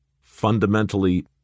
fundamentally